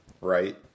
Right